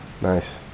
Nice